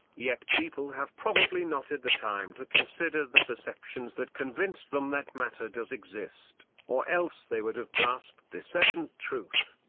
yet people have probably not had the time to consider the perceptions that convince them that matter does exist, or else they would have grasped this evident truth.